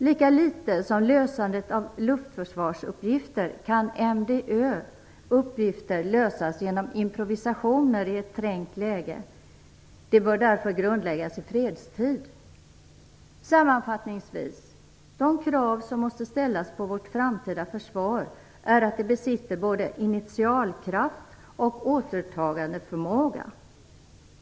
Lika litet som lösandet av luftförsvarsuppgifter kan MDÖ:s uppgifter lösas genom improvisationer i ett trängt läge. De bör därför grundläggas i fredstid. Sammanfattningsvis: De krav som måste ställas på vårt framtida försvar är att det besitter både initialkraft och återtagandeförmåga.